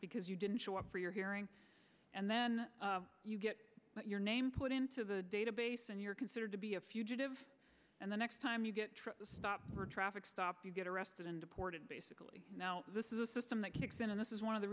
because you didn't show up for your hearing and then you get your name put into the database and you're considered to be a fugitive and the next time you get stopped for a traffic stop you get arrested and deported basically now this is a system that kicks in and this is one of the